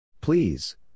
Please